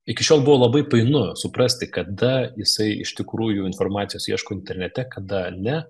iki šiol buvo labai painu suprasti kada jisai iš tikrųjų informacijos ieško internete kada ne